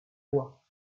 voix